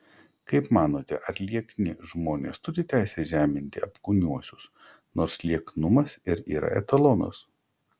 kaip manote ar liekni žmonės turi teisę žeminti apkūniuosius nors lieknumas ir yra etalonas